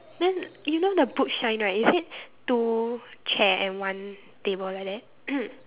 then you know the boot shine right is it two chair and one table like that